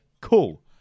cool